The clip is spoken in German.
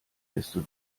desto